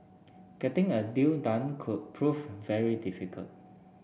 getting a deal done could prove very difficult